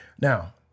Now